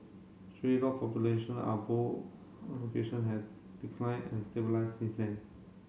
stray dog population are both location have declined and stabilised since then